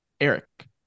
Eric